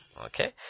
okay